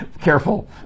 Careful